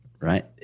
right